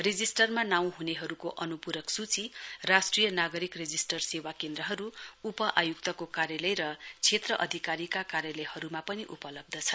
रेजिस्टरमा नाउँ हुनेहरुको अनुपूरक सूची राष्ट्रिय नागरिक रेजिष्टर सेवा केन्द्रहरु उप आयुक्तको कार्यालय र क्षेत्र अधिकारीका कार्यालयहरुमा पनि उपल्बध छन्